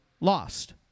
lost